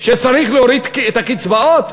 שצריך להוריד את הקצבאות,